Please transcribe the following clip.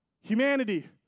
Humanity